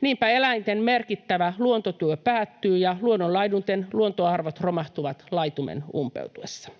Niinpä eläinten merkittävä luontotyö päättyy ja luonnonlaidunten luontoarvot romahtavat laitumen umpeutuessa.